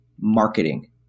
marketing